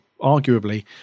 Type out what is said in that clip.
arguably